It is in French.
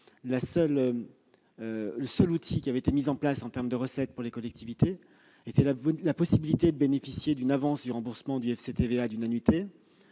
le seul outil qui avait été mis en place en matière de recettes pour les collectivités était la possibilité de bénéficier d'une avance d'une annuité